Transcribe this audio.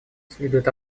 следует